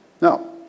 No